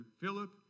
Philip